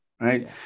right